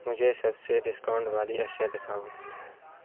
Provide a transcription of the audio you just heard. مجھے شب سے ڈسکاؤنٹ والی اشیاء دکھاؤ